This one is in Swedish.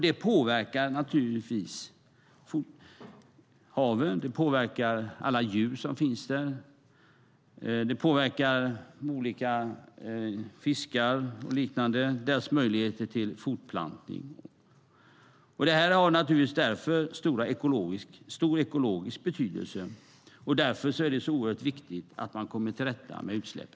Det påverkar naturligtvis haven, det påverkar alla djur som finns i haven, det påverkar fiskars och andra djurs möjligheter till fortplantning. Det har alltså stor ekologisk betydelse, och därför är det oerhört viktigt att komma till rätta med utsläppen.